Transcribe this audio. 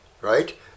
Right